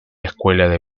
escuela